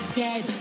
dead